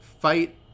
fight